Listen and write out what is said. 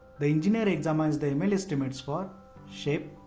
the engineer examines the ml estimates for shape,